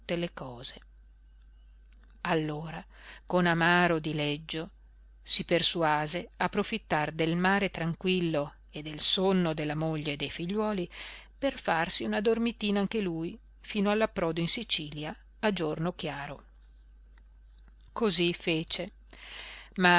le cose allora con amaro dileggio si persuase a profittar del mare tranquillo e del sonno della moglie e dei figliuoli per farsi una dormitina anche lui fino all'approdo in sicilia a giorno chiaro cosí fece